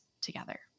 together